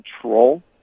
control